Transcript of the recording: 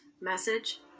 message